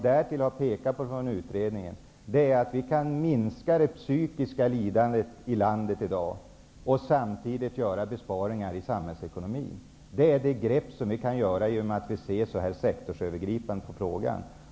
Därtill har utredningen pekat på att det psykiska lidandet i Sverige i dag kan minskas samtidigt som vi gör besparingar i samhällsekonomin. Det är det grepp som vi kan ta genom att vi ser sektorsövergripande på frågan.